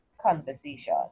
conversation